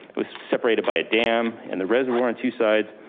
it was separated by a dam and the reservoir on two sides,